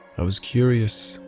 i was curious.